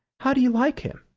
how do you like him?